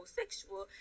sexual